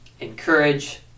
encourage